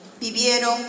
vivieron